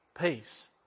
peace